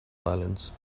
violence